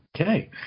okay